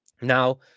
Now